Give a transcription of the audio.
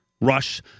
rush